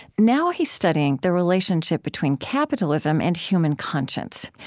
now he's studying the relationship between capitalism and human conscience.